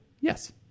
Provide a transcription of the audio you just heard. Yes